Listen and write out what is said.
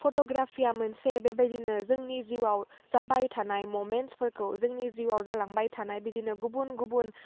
फट'ग्राफिया मोनसे बेबायदिनो जोंनि जिवाव जाबाय थानाय ममेन्टसफोरखौ जोंनि जिवाव जालांबाय थानाय बिदिनो गुबुन गुबुन